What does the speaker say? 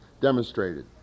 demonstrated